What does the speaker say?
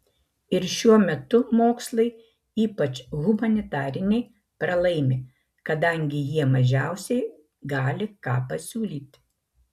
ir šiuo metu mokslai ypač humanitariniai pralaimi kadangi jie mažiausiai gali ką pasiūlyti